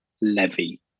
Levy